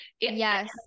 yes